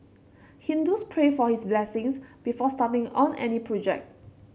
Hindus pray for his blessings before starting on any project